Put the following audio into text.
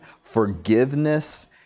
forgiveness